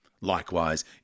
Likewise